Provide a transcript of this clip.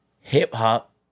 hip-hop